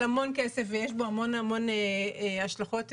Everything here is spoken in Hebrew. המון כסף ויש בו המון המון השלכות פיננסיות.